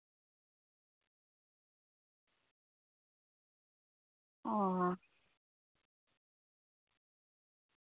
ᱚᱸᱻ